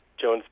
Jones